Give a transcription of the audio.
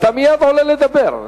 אתה תיכף עולה לדבר.